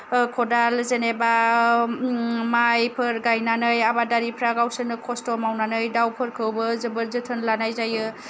खदाल जेनेबा माइफोर गायनाय आबादारिफ्रा गावसोरनो खस्थ' मावनानै दाउफोरखौबो जोबोद जोथोन लानाय जायो